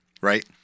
right